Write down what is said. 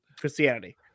Christianity